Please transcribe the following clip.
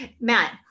Matt